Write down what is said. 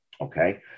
Okay